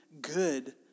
good